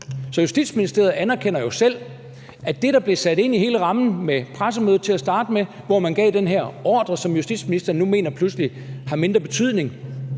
Så Justitsministeriet anerkender jo selv, at det, der blev sat ind i hele rammen med pressemødet til starte med, hvor man gav den her ordre, som justitsministeren nu pludselig mener har mindre betydning,